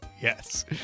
Yes